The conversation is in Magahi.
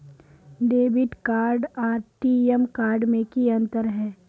डेबिट कार्ड आर टी.एम कार्ड में की अंतर है?